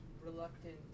reluctant